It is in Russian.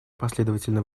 последовательно